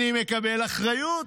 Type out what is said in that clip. אני מקבל אחריות.